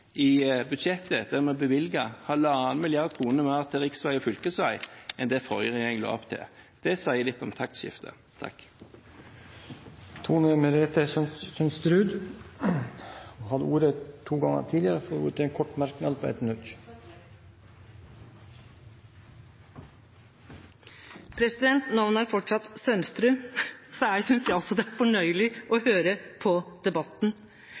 i fjor høst i budsjettet, der vi bevilget 1,5 mrd. kr mer til riksvei og fylkesvei enn det den forrige regjeringen la opp til. Det sier litt om taktskiftet. Representanten Tone Merete Sønsterud har hatt ordet to ganger tidligere og får ordet til en kort merknad, begrenset til 1 minutt. Jeg synes også det er fornøyelig å høre på debatten.